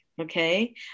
Okay